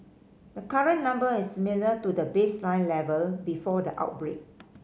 the current number is similar to the baseline level before the outbreak